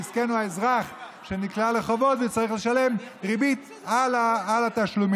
המסכן הוא האזרח שנקלע לחובות וצריך לשלם ריבית על התשלומים.